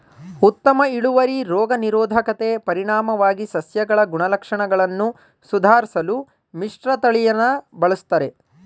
ಉತ್ತಮ ಇಳುವರಿ ರೋಗ ನಿರೋಧಕತೆ ಪರಿಣಾಮವಾಗಿ ಸಸ್ಯಗಳ ಗುಣಲಕ್ಷಣಗಳನ್ನು ಸುಧಾರ್ಸಲು ಮಿಶ್ರತಳಿನ ಬಳುಸ್ತರೆ